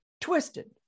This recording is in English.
twisted